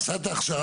עשה את ההכשרה,